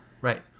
Right